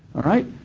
all right?